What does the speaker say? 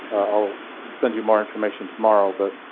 i'll send you more information tomorrow. but